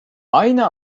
aynı